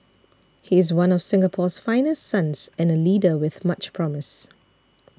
he is one of Singapore's finest sons and a leader with much promise